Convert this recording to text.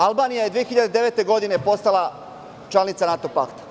Albanija je 2009. godine postala članica NATO pakta.